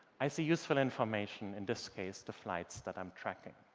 i see useful information, in this case, the flights that i'm tracking.